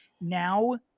Now